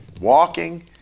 Walking